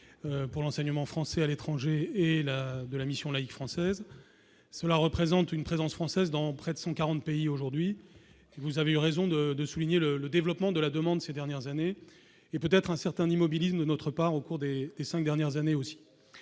pour l'enseignement français à l'étranger et de la Mission laïque française, cela représente une présence française dans près de 140 pays aujourd'hui, vous avez eu raison de de souligner le le développement de la demande ces dernières années et peut-être un certain d'immobilisme notre part au cours des 5 dernières années, aussi,